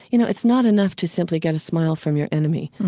you know, it's not enough to simply get a smile from your enemy.